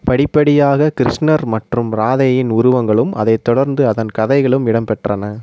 படிப்படியாக கிருஷ்ணர் மற்றும் ராதையின் உருவங்களும் அதைத்தொடர்ந்து அதன் கதைகளும் இடம்பெற்றன